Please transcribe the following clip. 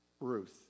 Ruth